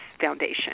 Foundation